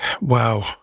Wow